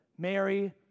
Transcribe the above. Mary